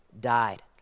died